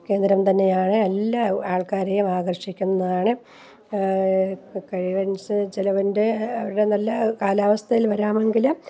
കേന്ദ്രം തന്നെയാണ് എല്ലാ ആൾക്കാരെയും ആകർഷിക്കുന്നതാണ് ഇപ്പോൾ കഴിവനുസരിച്ച് ചിലവിൻ്റെ ഇവിടെ നല്ല കാലാവസ്ഥയിൽ വരാമെങ്കിലും